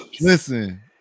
Listen